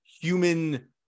human